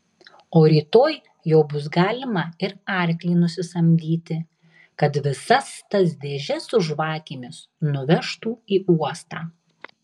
o rytoj jau bus galima ir arklį nusisamdyti kad visas tas dėžes su žvakėmis nuvežtų į uostą